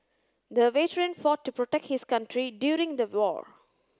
the veteran fought to protect his country during the war